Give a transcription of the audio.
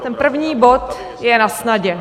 Ten první bod je nasnadě.